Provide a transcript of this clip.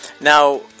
Now